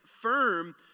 firm